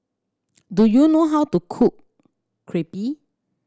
do you know how to cook Crepe